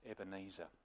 Ebenezer